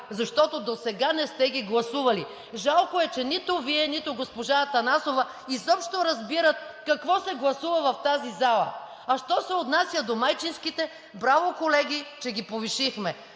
защото досега не сте ги гласували. Жалко е, че нито Вие, нито госпожа Атанасова изобщо разбирате какво се гласува в тази зала. А що се отнася до майчинските, браво, колеги, че ги повишихме.